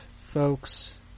folks